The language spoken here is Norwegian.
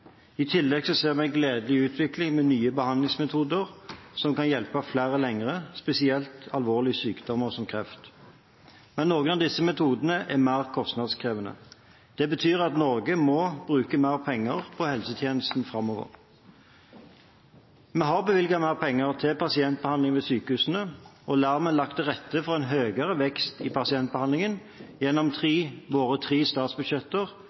I tillegg ser vi en gledelig utvikling med nye behandlingsmetoder som kan hjelpe flere lenger, spesielt ved alvorlige sykdommer som kreft. Men noen av disse metodene er mer kostnadskrevende. Det betyr at Norge må bruke mer penger på helsetjenesten framover. Vi har bevilget mer penger til pasientbehandling ved sykehusene, og vi har lagt til rette for en høyere vekst i pasientbehandlingen gjennom våre tre statsbudsjetter